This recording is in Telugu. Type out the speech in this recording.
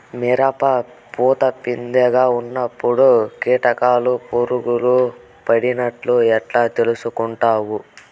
మిరప పూత పిందె గా ఉన్నప్పుడు కీటకాలు పులుగులు పడినట్లు ఎట్లా తెలుసుకుంటావు?